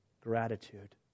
gratitude